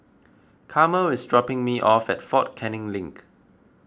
Carmel is dropping me off at fort Canning Link